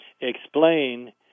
explain